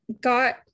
got